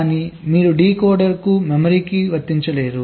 కానీ మీరు డీకోడర్కు మెమరీకి వర్తించలేరు